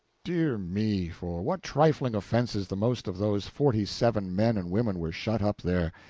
dear me, for what trifling offenses the most of those forty-seven men and women were shut up there!